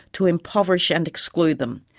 to impoverish and exclude them.